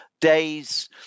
days